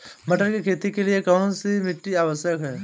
मटर की खेती के लिए कौन सी मिट्टी आवश्यक है?